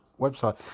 website